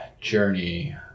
journey